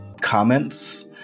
comments